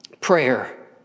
Prayer